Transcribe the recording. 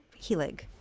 Helig